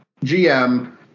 GM